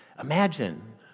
Imagine